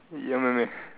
ya maybe